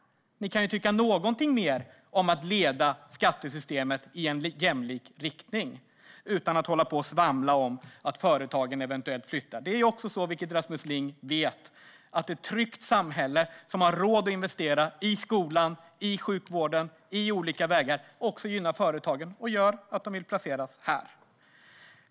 Ni kan ju tycka någonting mer om att leda skattesystemet i en jämlik riktning utan att hålla på och svamla om att företagen eventuellt flyttar. Det är ju så, vilket Rasmus Ling vet, att ett tryggt samhälle som har råd att investera i skolan, i sjukvården och i olika vägar också gynnar företagen och gör att de vill placera sig här.